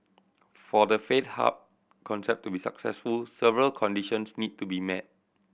for the faith hub concept to be successful several conditions need to be met